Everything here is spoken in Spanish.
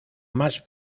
más